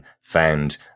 found